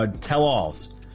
tell-alls